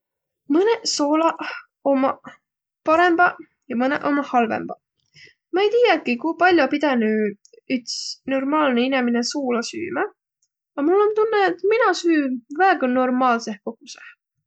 Mõnõq soolaq ommaq parõmbaq ja mõnõq ommaq halvõmbaq. Ma ei tiiäki, ku pall'o pidänüq üts normaalnõ inemine suula süümä, a mul om tunnõq, et mina süü väega normaalsõh kogusõh.